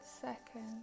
second